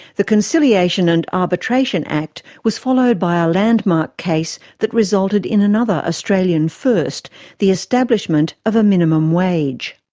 the conciliation and arbitration act was followed by a landmark case that resulted in another australian first the establishment of a minimum wage.